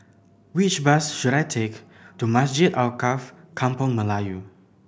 which bus should I take to Masjid Alkaff Kampung Melayu